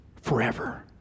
forever